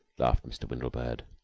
laughed mr. windlebird.